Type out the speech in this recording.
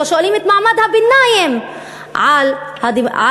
לא שואלים את מעמד הביניים על מידת